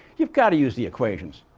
you've got to use the equations.